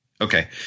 Okay